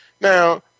Now